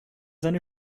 seine